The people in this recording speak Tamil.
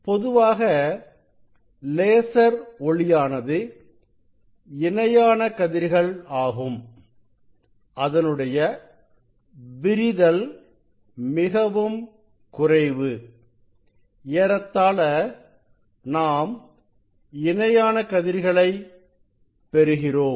பொதுவாக லேசர் ஒளியானது இணையான கதிர்கள் ஆகும் அதனுடைய விரிதல்மிகவும் குறைவு ஏறத்தாள நாம் இணையான கதிர்களை பெறுகிறோம்